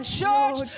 church